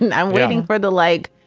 and i'm waiting for the like.